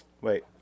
Wait